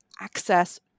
access